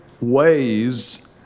ways